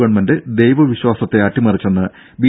government ദൈവവിശ്വാസത്തെ അട്ടിമറിച്ചെന്ന് B